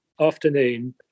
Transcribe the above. afternoon